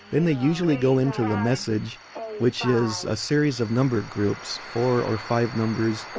then they usually go into the message which is a series of number groups, four or five numbers